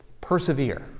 persevere